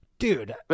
Dude